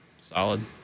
Solid